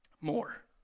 more